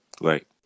right